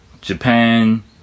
Japan